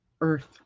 earth